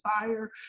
fire